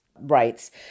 rights